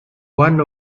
one